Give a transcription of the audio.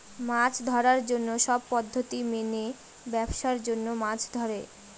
মাছ ধরার জন্য সব পদ্ধতি মেনে ব্যাবসার জন্য মাছ ধরে